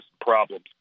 problems